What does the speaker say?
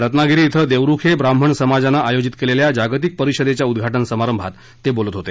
रत्नागिरी कुं देवरुखे ब्राह्मण समाजानं आयोजित केलेल्या जागतिक परिषदेच्या उद्घाटन समारंभात ते बोलत होते